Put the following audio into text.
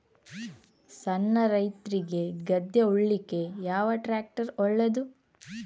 ಸಣ್ಣ ರೈತ್ರಿಗೆ ಗದ್ದೆ ಉಳ್ಳಿಕೆ ಯಾವ ಟ್ರ್ಯಾಕ್ಟರ್ ಒಳ್ಳೆದು?